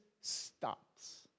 stops